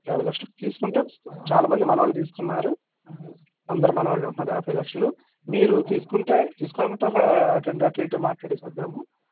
యాభై లక్షలు తీసుకుంటే చాలా మంది మన వాళ్ళు తీసుకున్నారు అందఋ మన వాళ్ళు ఉంటున్నారు యాభై లక్షలు మీరు తీసుకుంటే తీసుకోవాలి అనుకుంటే ఒక టన్ అటు ఇటు మాట్లాడి వద్దాం